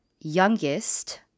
youngest